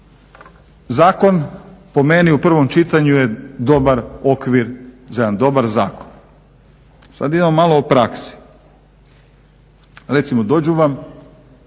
Zakon po meni u prvom čitanju je dobar okvir za jedan dobar zakon. Sada idemo malo o praksi. Recimo dođu vam